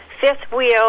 fifth-wheel